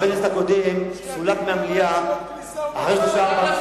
קודם חבר כנסת סולק מהמליאה אחרי שלושה-ארבעה,